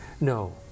No